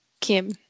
Kim